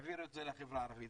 העבירו את זה לחברה הערבית,